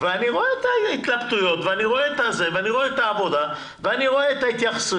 אני רואה את ההתלבטויות ואני רואה את העבודה ואת ההתייחסויות.